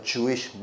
Jewish